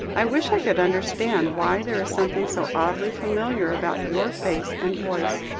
i wish i could understand why there is something so oddly familiar about your face and voice.